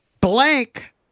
Blank